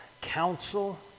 council